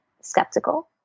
skeptical